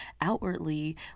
outwardly